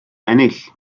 ennill